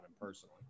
personally